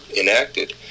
enacted